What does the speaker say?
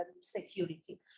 security